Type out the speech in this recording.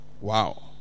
Wow